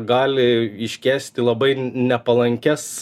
gali iškęsti labai n nepalankias